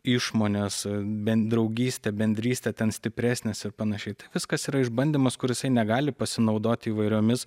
išmonės bent draugystę bendrystę ten stipresnės ir panašiai tai viskas yra išbandymas kuris negali pasinaudoti įvairiomis